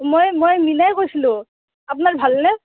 মই মই মীনাই কৈছিলোঁ আপনাৰ ভালনে